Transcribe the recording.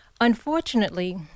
unfortunately